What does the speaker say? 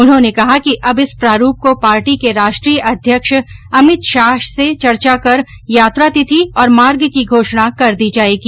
उन्होंने कहा कि अब इस प्रारूप को पार्टी के राष्ट्रीय अध्यक्ष अमित शाह से चर्चा कर यात्रा तिथि और मार्ग की घोषणा कर दी जायेगी